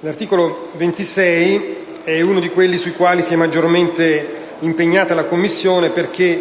L'articolo 26 è uno di quelli su cui si è maggiormente impegnata la Commissione, perché